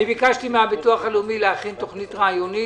ביקשתי מהביטוח הלאומי להכין תוכנית רעיונית,